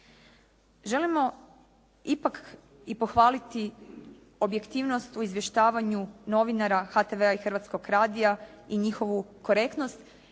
Želimo ipak i pohvaliti objektivnost u izvještavanju novinara HTV-a i Hrvatskog radija i njihovu korektnost